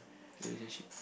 relationship